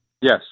Yes